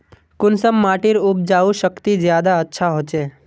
कुंसम माटिर उपजाऊ शक्ति ज्यादा अच्छा होचए?